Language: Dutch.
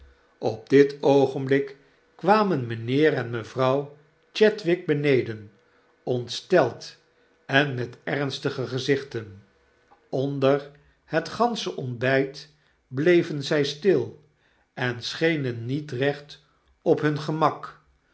op dit oogenblik kwamen mynheer en mevrouw chadwick beneden ontsteld en met ernstige gezichten onder het gansche ontbytbleven zij stil en schenen niet recht op hun gemak